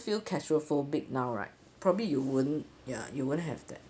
feel claustrophobic now right probably you wouldn't ya you won't have that